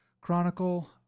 Chronicle